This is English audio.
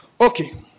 Okay